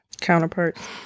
counterparts